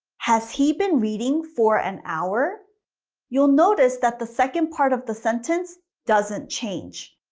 has he been reading for an hour you'll notice that the second part of the sentence doesn't change.